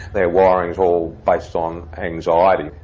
their wiring is all based on anxiety.